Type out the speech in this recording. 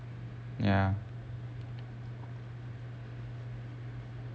ya